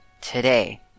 today